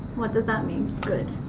what does that mean, good?